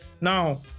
Now